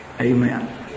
Amen